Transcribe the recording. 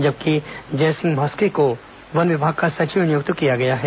जबकि जयसिंह म्हस्के को वन विभाग का सचिव नियुक्त किया गया है